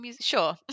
sure